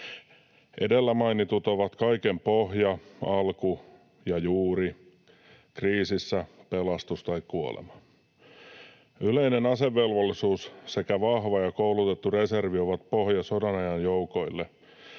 Edellä mainitut ovat kaiken pohja, alku ja juuri, kriisissä pelastus tai kuolema. Yleinen asevelvollisuus sekä vahva ja koulutettu reservi ovat sodanajan joukoille